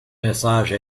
message